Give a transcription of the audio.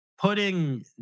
putting